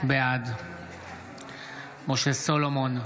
בעד משה סולומון,